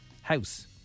house